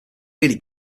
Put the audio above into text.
really